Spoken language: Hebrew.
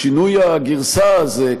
שינוי הגרסה הזה,